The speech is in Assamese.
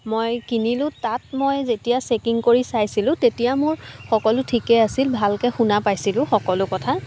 মই কিনিলোঁ তাত মই যেতিয়া চেকিং কৰি চাইছিলোঁ তেতিয়া মোৰ সকলো ঠিকে আছিল ভালকৈ শুনা পাইছিলোঁ সকলো কথা